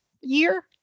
year